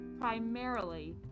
primarily